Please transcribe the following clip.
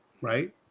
right